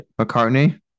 McCartney